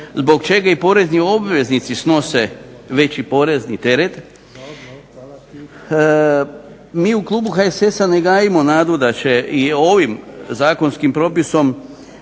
zbog čega i porezni obveznici snose veći porezni teret mi u klubu HSS-a ne gajimo nadu da će i ovim zakonskim propisom